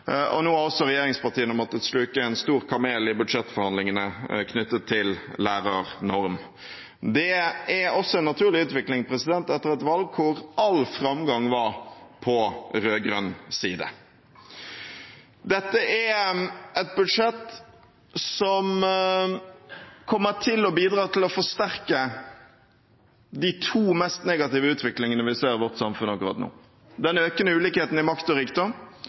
asylsøkere. Nå har også regjeringspartiene måttet sluke en stor kamel i budsjettforhandlingene, knyttet til lærernorm. Det er også en naturlig utvikling etter et valg hvor all framgang var på rød-grønn side. Dette er et budsjett som kommer til å bidra til å forsterke de to mest negative utviklingene vi ser i vårt samfunn akkurat nå: den økende ulikheten i makt og rikdom